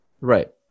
Right